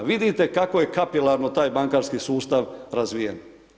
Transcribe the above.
Vidite kako je kapilarno taj bankarski sustav razvijen.